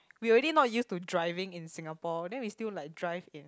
we already not used to driving in Singapore then we still like drive in